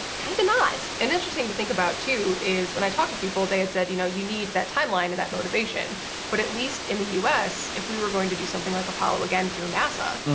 kind of not. and interesting to think about too is when i talk to people they had said, you know, you need that timeline and that motivation but at least in the us, if we were going to do something like apollo again through nasa,